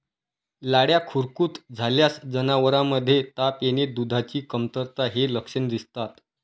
लाळ्या खुरकूत झाल्यास जनावरांमध्ये ताप येणे, दुधाची कमतरता हे लक्षण दिसतात